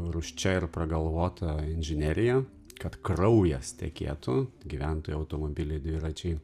rūsčia ir pragalvota inžinerija kad kraujas tekėtų gyventojų automobiliai dviračiai